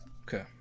Okay